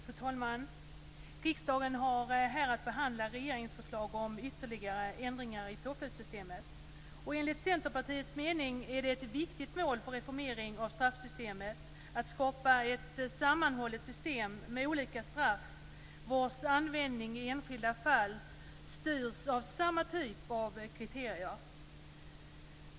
Fru talman! Riksdagen har här att behandla regeringsförslag om ytterligare ändringar i påföljdssystemet. Enligt Centerpartiets mening är det ett viktigt mål för reformering av straffsystemet att skapa ett sammanhållet system med olika straff vilkas användning i enskilda fall styrs av samma typ av kriterier.